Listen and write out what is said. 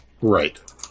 Right